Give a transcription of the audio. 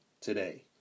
today